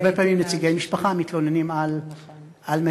הרבה פעמים נציגי משפחה מתלוננים על מטפל.